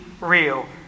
real